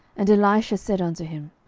and elisha said unto him,